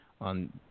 on